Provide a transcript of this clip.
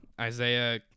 Isaiah